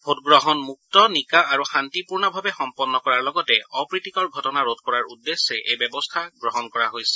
ভোটগ্ৰহণ মুক্ত নিকা আৰু শান্তিপূৰ্ণভাবে ভোটগ্ৰহণ সম্পন্ন কৰাৰ লগতে অপ্ৰীতিকৰ ঘটনা ৰোধ কৰাৰ উদ্দেশ্যে এই ব্যৱস্থা গ্ৰহণ কৰা হৈছে